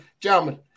gentlemen